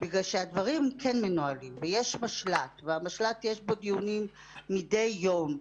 בגלל שהדברים כן מנוהלים ויש משל"ט שיש בו דיונים מדי יום.